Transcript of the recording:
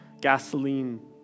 gasoline